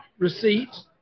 Receipts